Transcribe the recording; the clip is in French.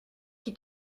qui